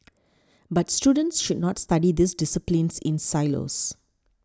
but students should not study these disciplines in silos